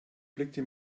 blickte